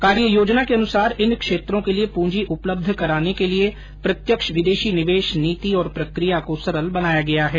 कार्य योजना के अनुसार इन क्षेत्रों के लिये पूंजी उपलब्ध कराने के लिये प्रत्यक्ष विदेशी निवेश नीति और प्रकिया को सरल बनाया गया है